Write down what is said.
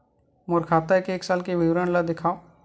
मोर खाता के एक साल के विवरण ल दिखाव?